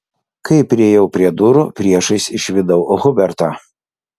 kai priėjau prie durų priešais išvydau hubertą